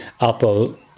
Apple